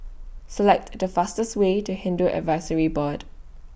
Select The fastest Way to Hindu Advisory Board